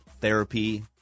therapy